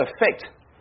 effect